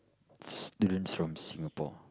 students from Singapore